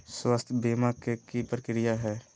स्वास्थ बीमा के की प्रक्रिया है?